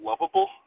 lovable